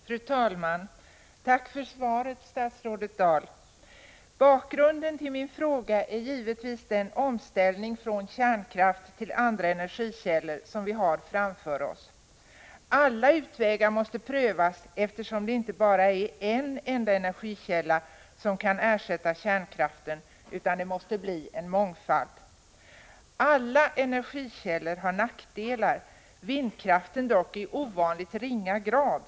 Fru talman! Tack för svaret, statsrådet Dahl! Bakgrunden till min fråga är givetvis den omställning från kärnkraft till andra energikällor som vi har framför oss. Alla utvägar måste prövas, eftersom det inte är bara en enda energikälla som kan ersätta kärnkraften, utan det måste bli fråga om en mångfald energikällor. Alla energikällor har nackdelar, vindkraften dock i ovanligt ringa grad.